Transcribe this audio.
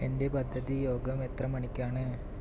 എന്റെ പദ്ധതി യോഗം എത്ര മണിക്കാണ്